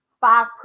five